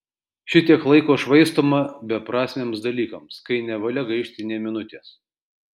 šitiek laiko švaistoma beprasmiams dalykams kai nevalia gaišti nė minutės